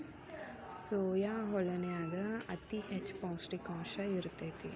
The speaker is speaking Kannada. ಸೋಯಾ ಹಾಲನ್ಯಾಗ ಅತಿ ಹೆಚ್ಚ ಪೌಷ್ಟಿಕಾಂಶ ಇರ್ತೇತಿ